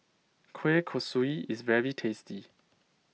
Kueh Kosui is very tasty